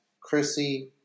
Chrissy